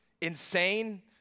insane